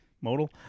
Modal